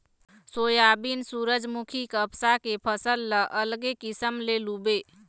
soybean, सूरजमूखी, कपसा के फसल ल अलगे किसम ले लूबे